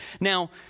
Now